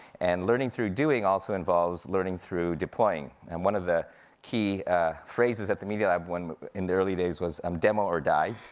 and learning through doing also involves learning through deploying. and one of the key phrases that the media lab in the early days was um demo or die,